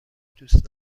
دوست